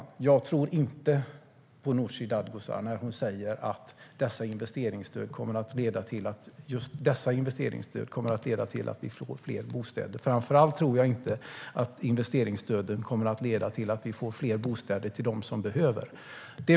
Nej, jag tror inte på Nooshi Dadgostar när hon säger att just dessa investeringsstöd kommer att leda till att vi får fler bostäder. Framför allt tror jag inte att investeringsstöden kommer att leda till att vi får fler bostäder till de som behöver dem.